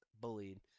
bullied